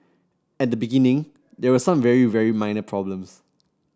at the beginning there were some very very minor problems